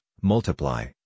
multiply